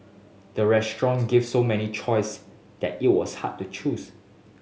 the restaurant gave so many choice that it was hard to choose